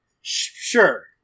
Sure